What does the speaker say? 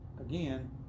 Again